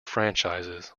franchises